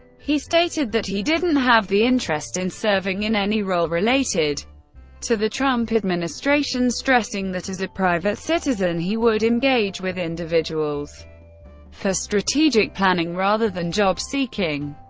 he stated that he didn't have the interest in serving in any role related to the trump administration, stressing that as a private citizen he would engage with individuals for strategic planning rather than job-seeking.